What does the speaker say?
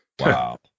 Wow